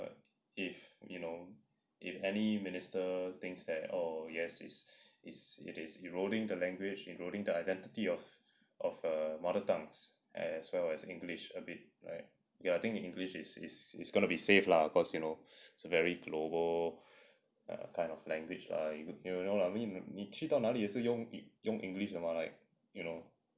but if you know if any minister thinks that oh yes it's it's it is eroding the language including the identity of of a mother tongues as well as english a bit like ya I think in english it's it's it's gonna be safe lah because you know a very global a kind of language err you know lah I mean 你去到那里也是用 english 的吗 like you know